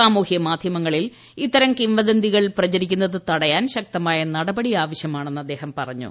സമൂഹ മാധ്യമങ്ങളിൽ ഇത്തരം കിംവദന്തികൾ പ്രചരിക്കുന്നത് തടയാൻ ശക്തമായ നടപടി ആവശ്യമാണെന്ന് അദ്ദേഹം പറഞ്ഞു